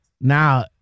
Now